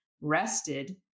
rested